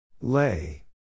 Lay